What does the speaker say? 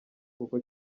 kuko